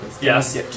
Yes